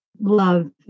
love